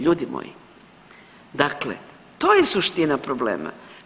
Ljudi moji dakle to je suština problema.